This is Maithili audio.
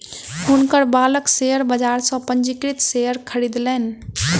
हुनकर बालक शेयर बाजार सॅ पंजीकृत शेयर खरीदलैन